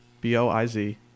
B-O-I-Z